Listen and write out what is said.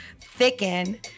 thicken